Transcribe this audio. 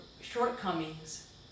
shortcomings